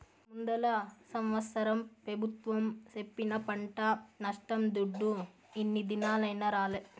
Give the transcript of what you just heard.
ముందల సంవత్సరం పెబుత్వం సెప్పిన పంట నష్టం దుడ్డు ఇన్ని దినాలైనా రాలే